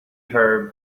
her